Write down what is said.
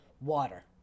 water